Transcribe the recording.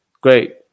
great